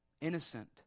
innocent